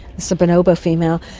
so bonobo female.